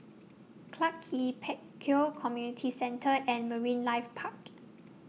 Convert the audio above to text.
Clarke Quay Pek Kio Community Centre and Marine Life Park